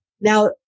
Now